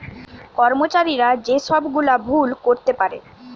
কর্মচারীরা যে সব গুলা ভুল করতে পারে